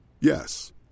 Yes